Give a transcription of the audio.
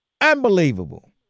Unbelievable